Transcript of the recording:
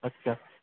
अच्छा